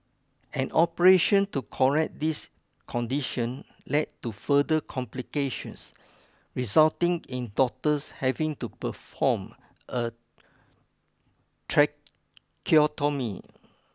an operation to correct this condition led to further complications resulting in doctors having to perform a tracheotomy